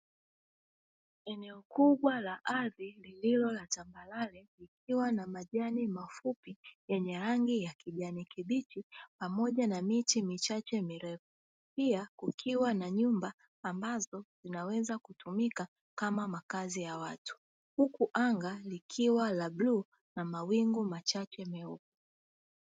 Eneo kubwa la ardhi lililo la tambarare, likiwa na majani mafupi yenye rangi ya kijani kibichi, pamoja na miti michache mirefu. Pia kukiwa na nyumba ambazo zinaweza kutumika kama makazi ya watu, huku anga likiwa la bluu na mawingu machache meupe.